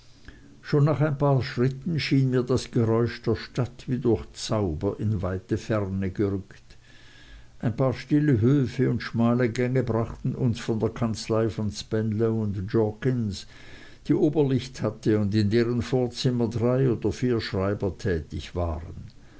schon nach ein paar schritten schien mir das geräusch der stadt wie durch zauber in weite ferne gerückt ein paar stille höfe und schmale gänge brachten uns zu der kanzlei von spenlow jorkins die oberlicht hatte und in deren vorzimmer drei oder vier schreiber tätig waren